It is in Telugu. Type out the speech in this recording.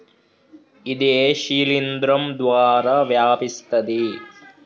ఇది ఏ శిలింద్రం ద్వారా వ్యాపిస్తది?